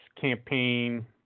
campaign